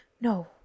No